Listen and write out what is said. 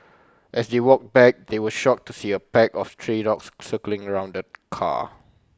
as they walked back they were shocked to see A pack of stray dogs circling around the car